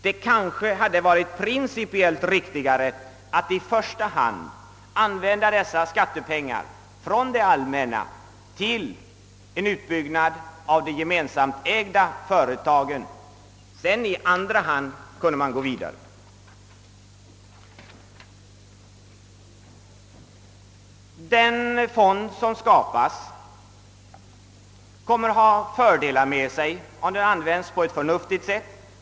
Det kanske hade varit principiellt riktigare att i första hand använda dessa skattepengar till en utbyggnad av de gemensamägda företagen och först i andra hand gå vidare på den nu föreslagna linjen. Den fond som skapas kommer att ha fördelar med sig om den används på ett förnuftigt sätt.